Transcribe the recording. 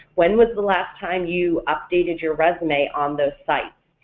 when was the last time you updated your resume on those sites?